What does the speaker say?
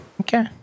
Okay